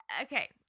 Okay